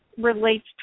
relates